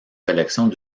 collections